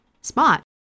spot